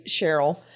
Cheryl